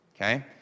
okay